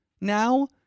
now